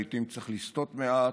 לעיתים צריך לסטות מעט,